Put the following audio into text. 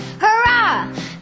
hurrah